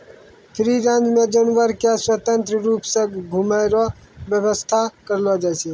free range मे जानवर के स्वतंत्र रुप से घुमै रो व्याबस्था करलो जाय छै